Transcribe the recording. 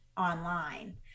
online